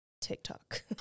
TikTok